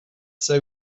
say